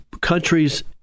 countries